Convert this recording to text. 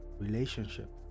relationship